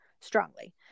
strongly